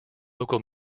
local